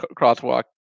crosswalk